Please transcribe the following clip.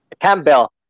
Campbell